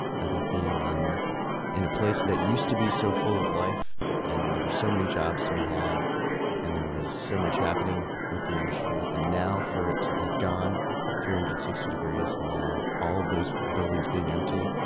i think, being in in a place that used to be so full of life and there were so many jobs to be had and there was so much happening with the industry. and now for it to have gone three hundred and sixty degrees now, all of those buildings being empty,